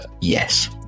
Yes